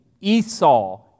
Esau